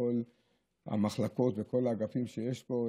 בכל המחלקות וכל האגפים שיש פה.